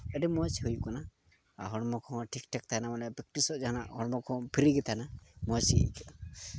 ᱟᱹᱰᱤ ᱢᱚᱡᱽ ᱦᱩᱭᱩᱜ ᱠᱟᱱᱟ ᱟᱨ ᱦᱚᱲᱢᱚ ᱠᱚᱦᱚᱸ ᱴᱷᱤᱠ ᱴᱷᱟᱠ ᱛᱟᱦᱮᱱᱟ ᱢᱟᱱᱮ ᱯᱮᱠᱴᱤᱥᱚᱜ ᱡᱟᱦᱟᱱᱟᱜ ᱦᱚᱲᱢᱚ ᱠᱚᱦᱚᱸ ᱯᱷᱨᱤ ᱜᱮ ᱛᱟᱦᱮᱱᱟ ᱢᱚᱡᱽ ᱜᱮ ᱟᱹᱭᱠᱟᱹᱜᱼᱟ